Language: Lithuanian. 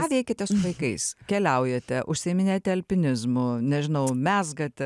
ką veikiate su vaikais keliaujate užsiiminėjate alpinizmu nežinau mezgate